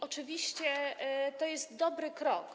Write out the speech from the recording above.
Oczywiście to jest dobry krok.